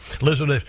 Listen